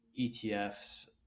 ETFs